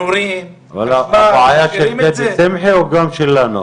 גם שטח ההצפה שעשינו בכביש 89 החדש הוא לא לתמיד.